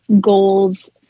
goals